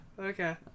okay